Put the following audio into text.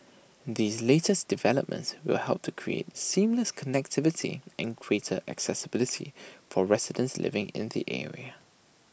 these latest developments will help to create seamless connectivity and greater accessibility for residents living in the area